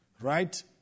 Right